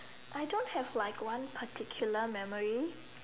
I don't have like one particular memory